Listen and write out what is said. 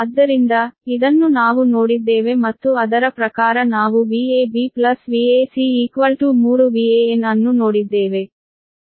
ಆದ್ದರಿಂದ ಇದನ್ನು ನಾವು ನೋಡಿದ್ದೇವೆ ಮತ್ತು ಅದರ ಪ್ರಕಾರ ನಾವು Vab Vac 3 Van ಅನ್ನು ನೋಡಿದ್ದೇವೆ